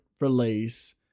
release